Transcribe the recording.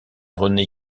rené